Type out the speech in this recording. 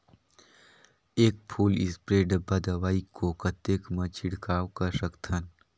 एक full spray डब्बा दवाई को कतेक म छिड़काव कर सकथन?